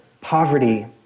poverty